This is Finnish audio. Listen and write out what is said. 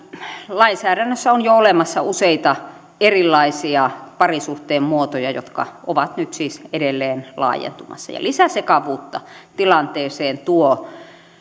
lainsäädännössä on jo olemassa useita erilaisia parisuhteen muotoja jotka ovat nyt siis edelleen laajentumassa ja lisäsekavuutta tilanteeseen tuo